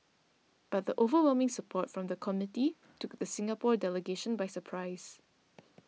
but the overwhelming support from the committee took the Singapore delegation by surprise